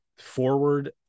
forward